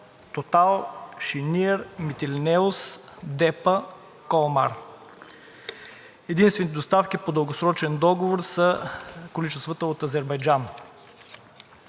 Единствените доставки по дългосрочен договор са количествата от Азербайджан.